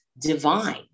divine